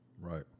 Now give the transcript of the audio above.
Right